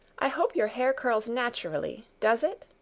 i hope your hair curls naturally, does it?